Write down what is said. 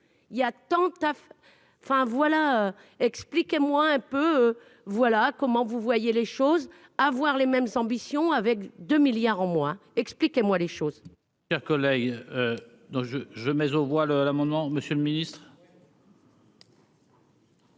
il y a tant à faire, enfin voilà, expliquez-moi un peu, voilà comment vous voyez les choses à voir les mêmes ambitions, avec 2 milliards en moins, expliquez moi les choses.